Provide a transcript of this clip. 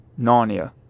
Narnia